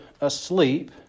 asleep